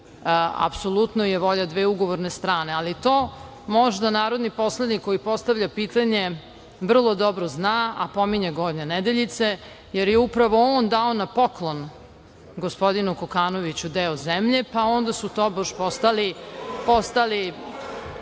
apsolutno je volja dve ugovorne strane. Ali, to možda narodni poslanik koji postavlja pitanje vrlo dobro zna, a pominje Gornje Nedeljice, jer je upravo on dao na poklon gospodinu Kokanoviću deo zemlje, pa onda su tobož